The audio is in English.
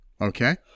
Okay